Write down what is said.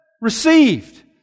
received